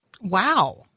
Wow